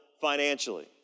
financially